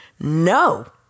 No